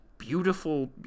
beautiful